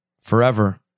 forever